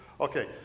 Okay